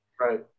Right